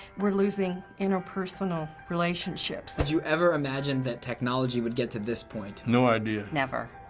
we're losing interpersonal relationships. did you ever imagine that technology would get to this point? no idea. never.